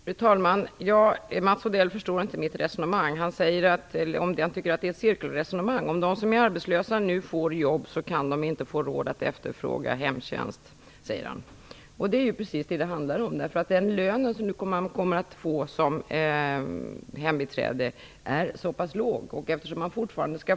Fru talman! Mats Odell förstår inte mitt resonemang. Han tycker att det är ett cirkelresonemang. Om de arbetslösa nu får jobb, har de inte råd att efterfråga hemtjänst, säger han. Det är ju precis vad det handlar om, därför att lönen som hembiträde är så pass låg och kommer fortsättningsvis att vara låg.